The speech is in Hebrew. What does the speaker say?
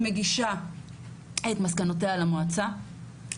היא מגישה את מסקנותיה למועצה.